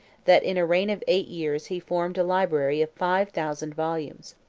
that in a reign of eight years he formed a library of five thousand volumes.